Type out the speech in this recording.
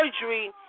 surgery